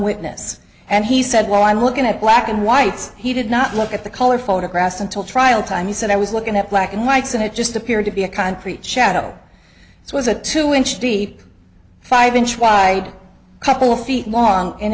witness and he said well i'm looking at black and whites he did not look at the color photographs until trial time he said i was looking at black and whites and it just appeared to be a concrete shadow it was a two inch deep five inch wide couple of feet long and